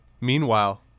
Meanwhile